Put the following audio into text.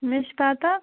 مےٚ چھِ پَتَہ